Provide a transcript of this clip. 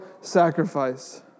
sacrifice